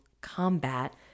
combat